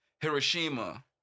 Hiroshima